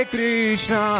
Krishna